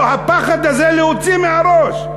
הפחד הזה, להוציא מהראש.